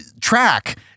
track